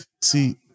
See